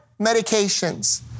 medications